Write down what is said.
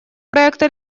проекта